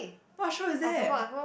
what show is that